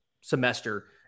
semester